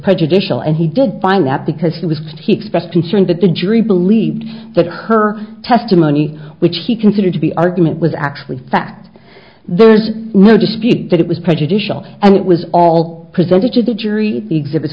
prejudicial and he did find that because he was expecting showing that the jury believed that her testimony which he considered to be argument was actually fact there's no dispute that it was prejudicial and it was all presented to the jury exhibits